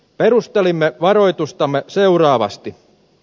perustelimme varoitustamme seuraavasti